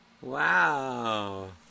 Wow